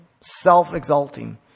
self-exalting